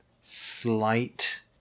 slight